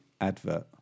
advert